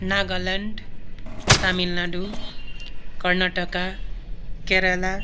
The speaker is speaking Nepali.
नागाल्यान्ड तामिलनाडू कर्नाटका केरला